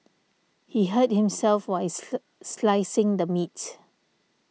he hurt himself while slicing the meat